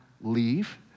leave